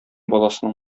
баласының